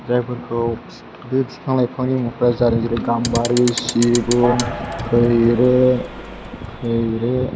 जायफोरखौ बे बिफां लाइफांनि मुफोरा जेरै गाम्बारि सिगुन खैरो